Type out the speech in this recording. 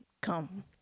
come